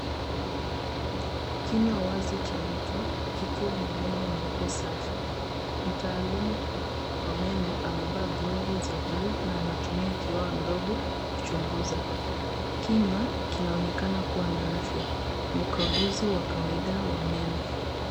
Kinywa cha mtu kime wazi, kikiwa na meno meupe na safi. Daktari wa meno anashika globu ya rangi ya buluu na kutumia kifaa kidogo kuchunguza meno. Kinywa kinaonekana kuwa katika hali nzuri ya afya. Hii ni ukaguzi wa kawaida wa meno